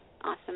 awesome